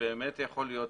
באמת יכול להיות,